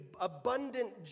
abundant